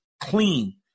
clean